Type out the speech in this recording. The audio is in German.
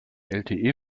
lte